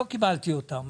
לא קיבלתי אותן.